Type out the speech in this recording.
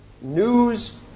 news